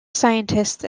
scientists